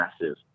massive